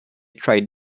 tried